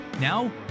Now